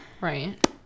right